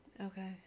Okay